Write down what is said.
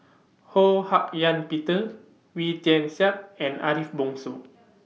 Ho Hak Ean Peter Wee Tian Siak and Ariff Bongso